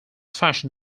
fashion